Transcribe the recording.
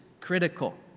critical